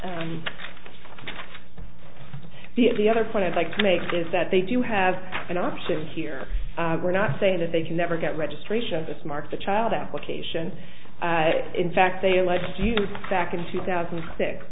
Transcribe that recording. at the other point i'd like to make is that they do have an option here we're not saying that they can never get registration this marks the child application in fact they like you back in two thousand